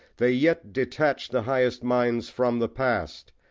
they yet detach the highest minds from the past,